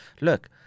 look